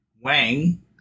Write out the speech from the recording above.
Wang